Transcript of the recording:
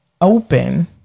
open